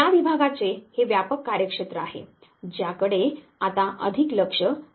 या विभागाचे हे व्यापक कार्यक्षेत्र आहे ज्याकडे आता अधिक लक्ष दिले जाते